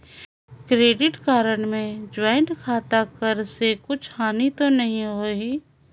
Credit card मे joint खाता कर से कुछ हानि तो नइ होही?